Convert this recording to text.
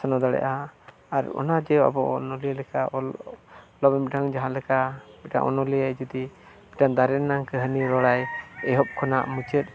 ᱪᱟᱹᱞᱩ ᱫᱟᱲᱮᱜᱼᱟ ᱟᱨ ᱚᱱᱟ ᱡᱮ ᱟᱵᱚ ᱚᱱᱚᱞᱤᱭᱟᱹ ᱞᱮᱠᱟ ᱚᱞ ᱡᱟᱦᱟᱸ ᱞᱮᱠᱟ ᱢᱤᱫᱴᱟᱜ ᱚᱱᱚᱞᱤᱭᱟᱹ ᱡᱩᱫᱤ ᱢᱤᱫᱴᱟᱝ ᱫᱟᱨᱮ ᱨᱮᱱᱟᱜ ᱠᱟᱹᱦᱱᱤ ᱨᱚᱲᱟᱭ ᱮᱦᱚᱵ ᱠᱷᱚᱱᱟᱜ ᱢᱩᱪᱟᱹᱫ